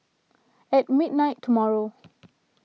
at midnight tomorrow